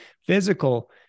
physical